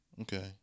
Okay